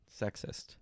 sexist